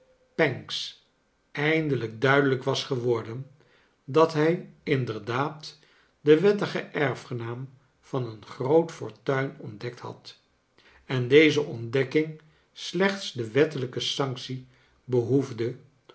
pancks eindelijk duidelijk was geworden dat hij inderdaad den wettigen erfgenaam van een groot fortuin ontdekt had en deze ontdekking slechts de wettelijke sanctie behoefde